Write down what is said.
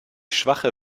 schwache